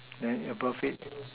then above it